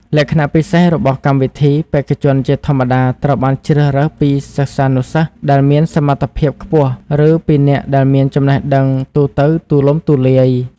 លក្ខណៈពិសេសរបស់កម្មវិធី បេក្ខជនជាធម្មតាត្រូវបានជ្រើសរើសពីសិស្សានុសិស្សដែលមានសមត្ថភាពខ្ពស់ ឬពីអ្នកដែលមានចំណេះដឹងទូទៅទូលំទូលាយ។